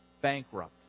bankrupt